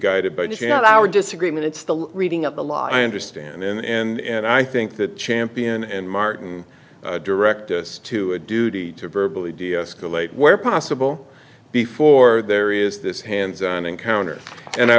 guided by just our disagreement it's the reading of the law i understand and i think that champion and martin direct us to a duty to verbal to deescalate where possible before there is this hands on encounter and i